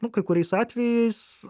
nu kai kuriais atvejais